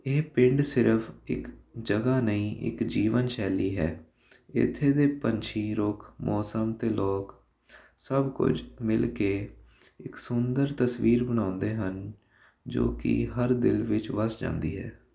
ਇਹ ਪਿੰਡ ਸਿਰਫ ਇੱਕ ਜਗ੍ਹਾ ਨਹੀਂ ਇੱਕ ਜੀਵਨ ਸ਼ੈਲੀ ਹੈ ਇੱਥੇ ਦੇ ਪੰਛੀ ਰੁੱਖ ਮੌਸਮ ਅਤੇ ਲੋਕ ਸਭ ਕੁਝ ਮਿਲ ਕੇ ਇੱਕ ਸੁੰਦਰ ਤਸਵੀਰ ਬਣਾਉਂਦੇ ਹਨ ਜੋ ਕਿ ਹਰ ਦਿਲ ਵਿੱਚ ਵਸ ਜਾਂਦੀ ਹੈ